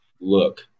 look